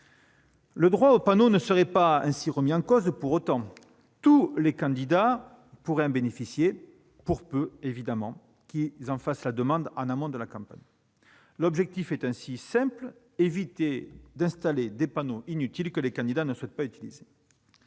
Le « droit aux panneaux » ne serait pas remis en cause pour autant. Tous les candidats pourraient en bénéficier, à condition d'en faire la demande en amont de la campagne. L'objectif est simple : éviter d'installer des panneaux inutiles, que les candidats ne souhaitent pas utiliser.